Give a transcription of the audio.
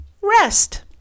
rest